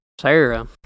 Sarah